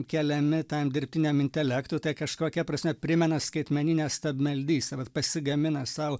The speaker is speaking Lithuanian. keliami tam dirbtiniam intelektui tai kažkokia prasme primena skaitmeninę stabmeldystę vat pasigamina sau